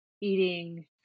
eating